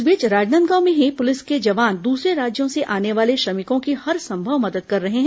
इस बीच राजनांदगांव में ही प्रलिस के जवान दूसरे राज्यों से आने वाले श्रमिको की हरसंभव मदद कर रहे हैं